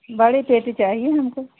बड़ी पेटी चाहिए हमको